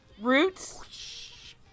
Roots